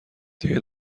دیگه